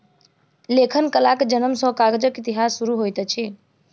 लेखन कलाक जनम सॅ कागजक इतिहास शुरू होइत अछि